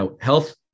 health